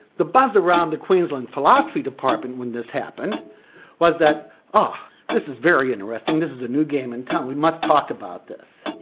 the buzz around the queensland philosophy department when this happened was that oh, this is very interesting, this is a new game in town we must talk about this.